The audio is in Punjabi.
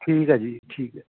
ਠੀਕ ਹੈ ਜੀ ਠੀਕ ਹੈ